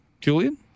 Julian